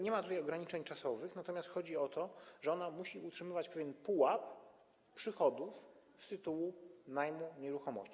Nie ma tutaj ograniczeń czasowych, natomiast chodzi o to, że ona musi utrzymywać pewien pułap przychodów z tytułu najmu nieruchomości.